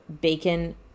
bacon